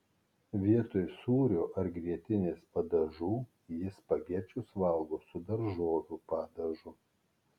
vietoj sūrio ar grietinės padažų ji spagečius valgo su daržovių padažu